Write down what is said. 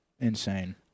insane